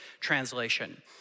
translation